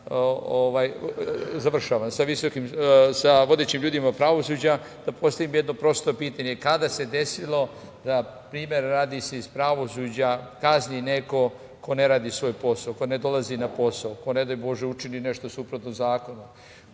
odbor sa vodećim ljudima pravosuđa, da postavim jedno prosto pitanje – kada se desilo da, primera radi, se iz pravosuđa kazni neko ko ne radi svoj posao, ko ne dolazi na posao, ko ne daj bože učini nešto suprotno zakonu,